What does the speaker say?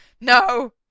no